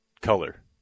color